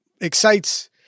excites